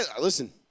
listen